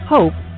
Hope